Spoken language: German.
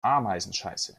ameisenscheiße